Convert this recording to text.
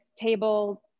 table